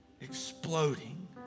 exploding